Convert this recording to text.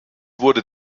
wurde